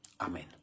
Amen